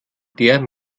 der